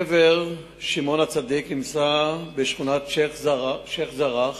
קבר שמעון הצדיק נמצא בשכונת שיח'-ג'ראח,